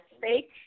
fake